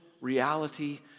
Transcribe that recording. reality